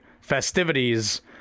festivities